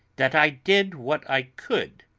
that i did what i could